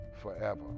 forever